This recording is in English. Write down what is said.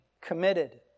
committed